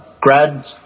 grad